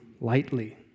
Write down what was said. lightly